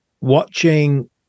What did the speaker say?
watching